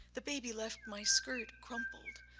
the baby left my skirt crumpled,